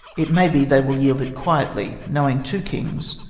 it may be they will yield it quietly, knowing two kings,